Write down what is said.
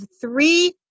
three